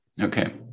Okay